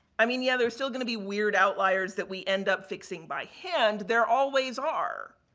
i mean, yeah, there's still going to be weird outliers that we end up fixing by hand. there always are.